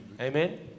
Amen